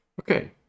Okay